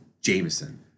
Jameson